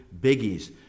biggies